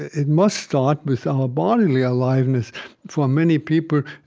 it must start with our bodily aliveness for many people,